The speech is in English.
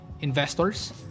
investors